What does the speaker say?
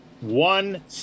one